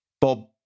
Bob